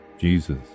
Jesus